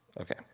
Okay